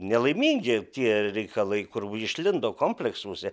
nelaimingi tie reikalai kur išlindo kompleksuose